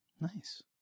nice